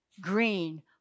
green